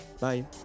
Bye